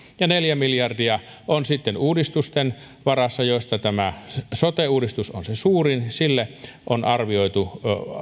neljä miljardia on sitten uudistusten varassa joista sote uudistus on se suurin sille on arvioitu